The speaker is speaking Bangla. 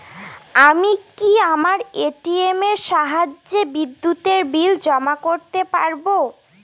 আমি কি আমার এ.টি.এম এর সাহায্যে বিদ্যুতের বিল জমা করতে পারব?